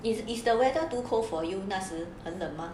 it is the weather too cold for you 那时很冷吗